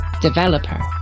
developer